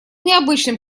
необычным